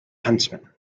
huntsman